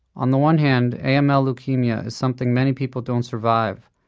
on the one hand aml leukemia is something many people don't survive,